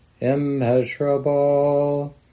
immeasurable